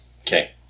Okay